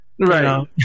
right